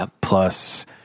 plus